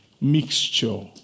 mixture